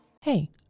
Hey